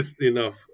enough